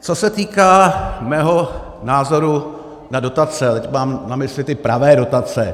Co se týká mého názoru na dotace a teď mám na mysli ty pravé dotace.